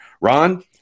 Ron